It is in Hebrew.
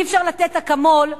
אי-אפשר לתת "אקמול"